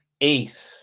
eight